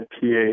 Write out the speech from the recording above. pH